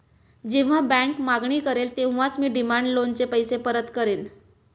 जेव्हा बँक मागणी करेल तेव्हाच मी डिमांड लोनचे पैसे परत करेन